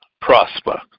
prosper